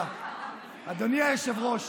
אדוני היושב-ראש,